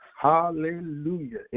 Hallelujah